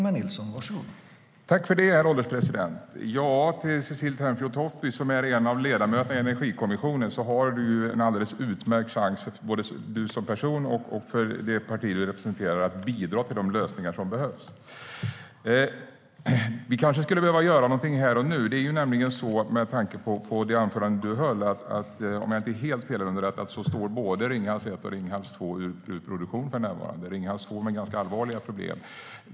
Herr ålderspresident! Cecilie Tenfjord-Toftby är en av ledamöterna i Energikommissionen och har en alldeles utmärkt chans, både som person och som företrädare för sitt parti, att bidra till de lösningar som behövs. Vi kanske skulle behöva göra någonting här och nu. Det är nämligen så, med tanke på det anförande som Cecilie Tenfjord-Toftby höll, att både Ringhals 1 och Ringhals 2 är ur produktion, om jag inte är helt felunderrättad. Ringhals 2 har ganska allvarliga problem.